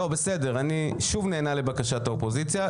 אני שוב נענה לבקשת האופוזיציה,